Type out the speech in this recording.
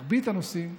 במרבית הנושאים